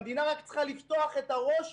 המדינה רק לפתוח את הראש,